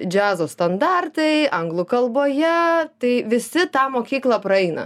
džiazo standartai anglų kalboje tai visi tą mokyklą praeina